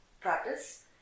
practice